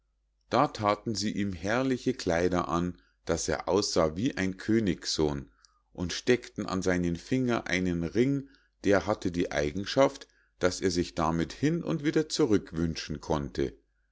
da thaten sie ihm herrliche kleider an daß er aussah wie ein königssohn und steckten an seinen finger einen ring der hatte die eigenschaft daß er sich damit hin und wieder zurück wünschen konnte